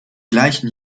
gleichen